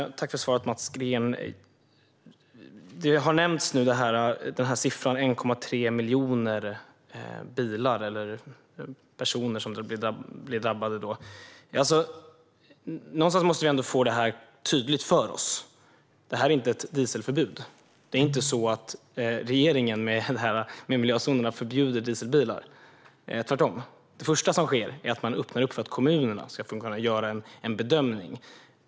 Herr talman! Tack för svaret, Mats Green! Det har nu nämnts en siffra: att det är 1,3 miljoner bilar eller personer som blir drabbade. Någonstans måste vi ändå få detta tydligt för oss. Detta är inte ett dieselförbud. Det är inte så att regeringen med miljözonerna förbjuder dieselbilar - tvärtom. Det första som sker är att man öppnar för att kommunerna ska kunna göra en bedömning.